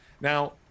Now